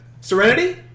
Serenity